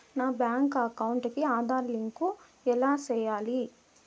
నా bank account కి Aadhaar link ఎలా సేయాలి